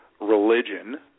religion